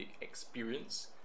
experience